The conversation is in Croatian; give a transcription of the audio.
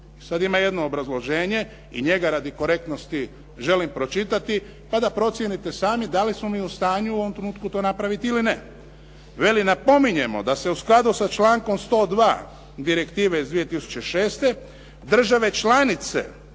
sad ima jedno obrazloženje i njega radi korektnosti želim pročitati, pa da procijenite sami da li smo mi u stanju u ovom trenutku to napraviti ili ne. Kaže, napominjemo da se u skladu sa člankom 102. Direktive iz 2006. države članice